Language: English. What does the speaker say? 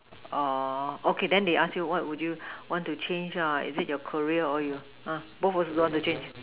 oh okay then they ask you what would you want to change is it your career or your both also don't want to change